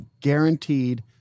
guaranteed